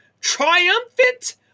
Triumphant